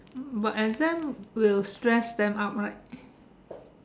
but exams will stress them out right